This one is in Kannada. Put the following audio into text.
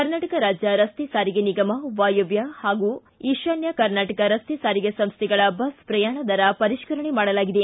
ಕರ್ನಾಟಕ ರಾಜ್ಯ ರಸ್ತೆ ಸಾರಿಗೆ ನಿಗಮ ವಾಯವ್ಯ ಮತ್ತು ಈಶಾನ್ಯ ಕರ್ನಾಟಕ ರಸ್ತೆ ಸಾರಿಗೆ ಸಂಸ್ಥೆಗಳ ಬಸ್ ಪ್ರಯಾಣ ದರ ಪರಿಷ್ಕರಣೆ ಮಾಡಲಾಗಿದೆ